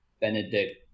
benedict